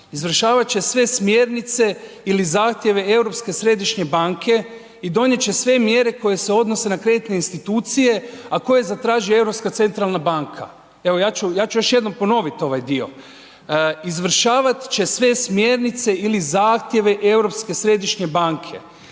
izvršavati će sve smjernice ili zahtjeve Europske središnje banke i donijeti će sve mjere koje se odnose na kreditne institucije a koje zatraži Europska centralna banka.“. Evo ja ću još jednom ponoviti ovaj dio: izvršavati će sve smjernice ili zahtjeve Europske središnje banke.